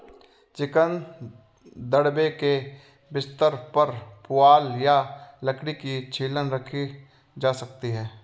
chicken दड़बे के बिस्तर पर पुआल या लकड़ी की छीलन रखी जा सकती है